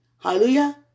Hallelujah